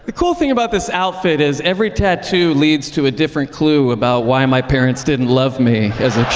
ah cool thing about this outfit is every tattoo leads to a different clue about why my parents didn't love me as a